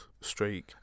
streak